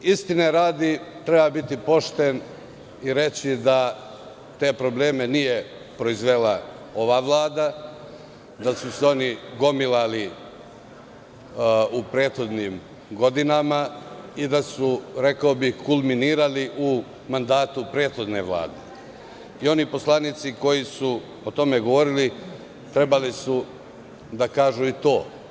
Istine radi treba biti pošten i reći da te probleme nije proizvela ova vlada, da su se oni gomilali u prethodnim godinama i da su kulminirali u mandatu prethodne Vlade i oni poslanici koji su o tome govorili trebali su da kažu i to.